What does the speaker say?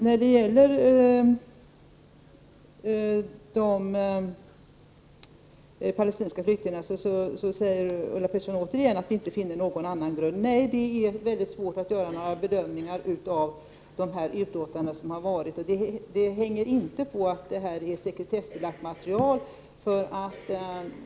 När det gäller de palestinska flyktingarna säger Ulla Pettersson återigen att vi inte finner någon annan grund. Nej, det är väldigt svårt att göra några bedömningar av de utlåtanden som har förekommit. Det hänger inte på att det här är sekretessbelagt material.